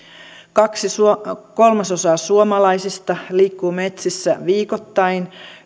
kaksi kolmasosaa suomalaisista liikkuu metsissä viikoittain